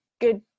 good